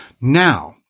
now